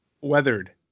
Weathered